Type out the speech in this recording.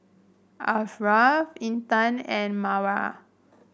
Ashraf Intan and Mawar